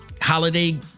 holiday